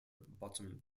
bottom